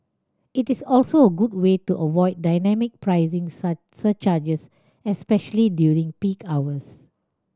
it is also a good way to avoid dynamic pricing surcharges especially during peak hours